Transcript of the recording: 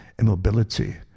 immobility